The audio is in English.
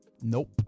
Nope